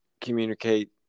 communicate